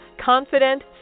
Confident